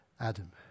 Adam